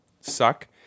suck